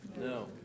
No